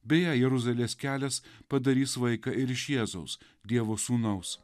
beje jeruzalės kelias padarys vaiką ir iš jėzaus dievo sūnaus